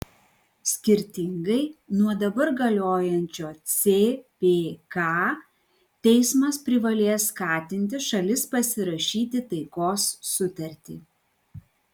skirtingai nuo dabar galiojančio cpk teismas privalės skatinti šalis pasirašyti taikos sutartį